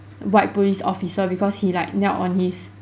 white police officer because he like knelt on his